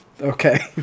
Okay